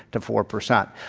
to four percent.